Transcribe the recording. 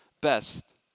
best